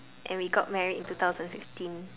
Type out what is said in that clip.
and we got married in two thousand sixteen